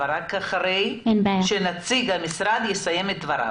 אבל רק אחרי שנציג המשרד יסיים את דבריו.